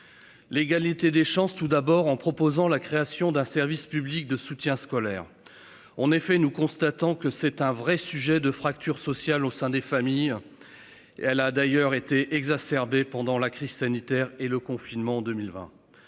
L'égalité des chances. Tout d'abord en proposant la création d'un service public de soutien scolaire. On fait nous. Constatant que c'est un vrai sujet de fracture sociale au sein des familles. Elle a d'ailleurs été exacerbées pendant la crise sanitaire et le confinement en 2020.